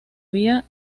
vía